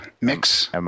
Mix